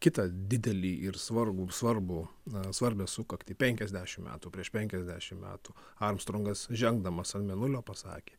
kitą didelį ir svarbų svarbų na svarbią sukaktį penkiasdešim metų prieš penkiasdešim metų armstrongas žengdamas ant mėnulio pasakė